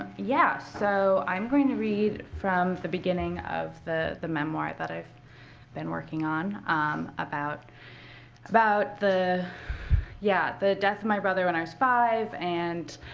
yeah, so i'm going to read from the beginning of the the memoir that i've been working on um about about the yeah the death of my brother when i was five, and